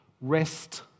rest